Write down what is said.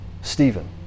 Stephen